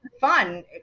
fun